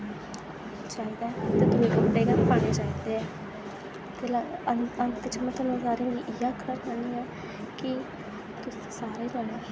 चाहिदा ऐ ते दुऐ कपड़े गै पाने चाहिदे ऐ ते अंत में तुआनूं सारें गी इ'यै आखना चाह्न्नी ऐं कि तुस सारे जनें